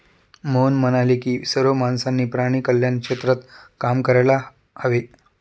मोहन म्हणाले की सर्व माणसांनी प्राणी कल्याण क्षेत्रात काम करायला हवे